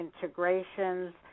Integrations